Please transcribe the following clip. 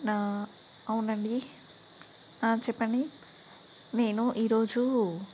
నా అవునండి చెప్పండి నేను ఈరోజు